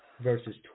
Verses